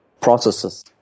processes